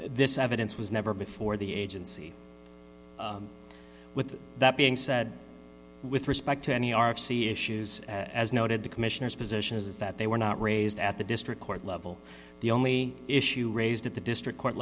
this evidence was never before the agency that being said with respect to any r f c issues as noted the commissioner's position is that they were not raised at the district court level the only issue raised at the district court